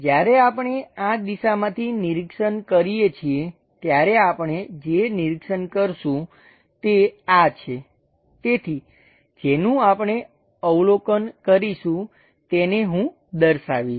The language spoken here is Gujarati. જ્યારે આપણે આ દિશામાંથી નિરીક્ષણ કરીએ છીએ ત્યારે આપણે જે નિરીક્ષણ કરીશું તે આ છે તેથી જેનું આપણે અવલોકન કરીશું તેને હું દર્શાવીશ